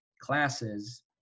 classes